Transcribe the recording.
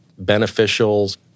beneficials